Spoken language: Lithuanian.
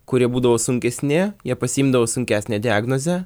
kurie būdavo sunkesni jie pasiimdavo sunkesnę diagnozę